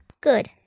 Good